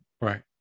Right